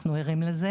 אנחנו ערים לזה